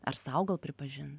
ar sau gal pripažint